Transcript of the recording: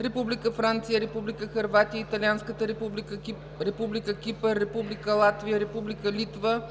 Република Франция, Република Хърватия, Италианската република, Република Кипър, Република Латвия, Република Литва,